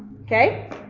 okay